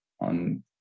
on